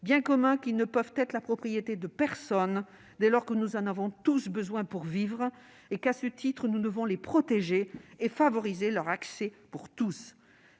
biens communs ne peuvent être la propriété de personne, dès lors que nous en avons tous besoin pour vivre. Nous devons, à ce titre, les protéger et favoriser leur accès pour tous.